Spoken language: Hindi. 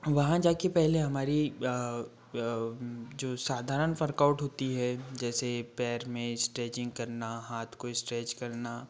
वहाँ जाके पहले हमारी जो साधारण फ़र्कआउट होती है जैसे पैर में स्ट्रैचिंग करना हाथ को इस्ट्रैच करना